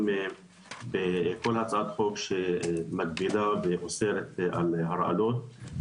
בכל הצעת חוק שמגבילה ואוסרת על הרעלות.